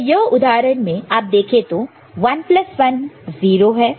तो यह उदाहरण में आप देखें तो 11 है 0 कैरी 1 है